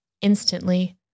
Instantly